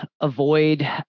avoid